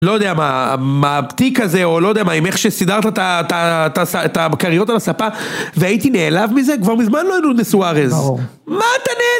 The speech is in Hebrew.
לא יודע מה, מה ה... תיק הזה, או לא יודע מה, אם איך שסידרת את ה... את ה... את הכריות על הספה, והייתי נעלב מזה, כבר מזמן לא היינו נשוארז, מה אתה נעלב?